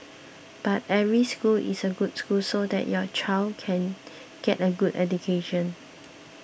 but every school is a good school so that your child can get a good education